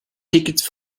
tickets